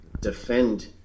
defend